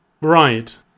Right